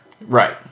Right